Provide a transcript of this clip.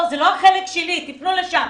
זה לא החלק שלי תפנו לשם.